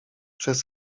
przez